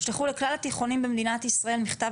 תשלחו לכלל התיכונים במדינת ישראל מכתב